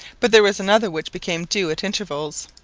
but there was another which became due at intervals.